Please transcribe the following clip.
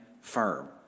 firm